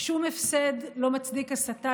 שום הפסד לא מצדיק הסתה,